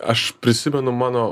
aš prisimenu mano